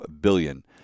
billion